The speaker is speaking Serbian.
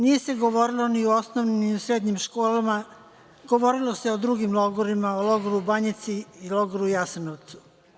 Nije se govorilo ni u osnovnim, ni u srednjim školama, govorilo se o drugim logorima, o logoru „Banjici“ i logoru „Jasenovcu“